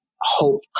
hope